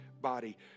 body